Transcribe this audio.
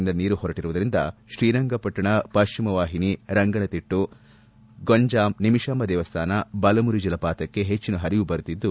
ನಿಂದ ನೀರು ಹೊರಬಿಟ್ಟರುವುದರಿಂದ ಶ್ರೀರಂಗಪಟ್ಟಣ ಪಶ್ಚಿಮ ವಾಹಿನಿ ರಂಗನತಿಟ್ಟು ಪಕ್ಷಿಧಾಮ ಗಂಜಾಮ್ ನಿಮಿಷಾಂಭ ದೇವಸ್ಥಾನ ಬಲಮುರಿ ಜಲಪಾತಕ್ಕೆ ಹೆಚ್ಚಿನ ಹರಿವು ಬರುತ್ತಿದ್ದು